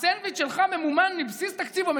הסנדוויץ' שלך ממומן מבסיס תקציב,